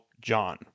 John